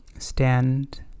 stand